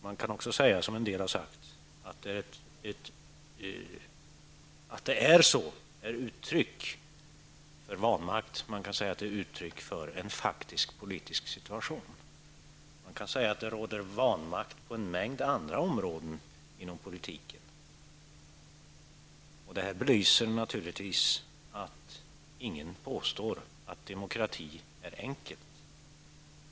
Man kan också säga, som en del har gjort, att förhållandet att det är så är ett uttryck för vanmakt. Man kan säga att det är ett uttryck för en faktisk politisk situation. Man kan säga att det råder vanmakt på en mängd andra områden inom politiken. Det här belyser naturligtvis det faktum att ingen påstår att demokrati är enkelt.